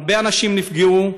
הרבה אנשים נפגעו.